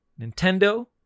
Nintendo